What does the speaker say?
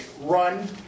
run